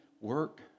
work